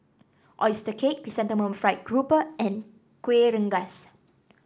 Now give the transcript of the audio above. oyster cake Chrysanthemum Fried Grouper and Kueh Rengas